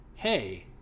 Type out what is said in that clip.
hey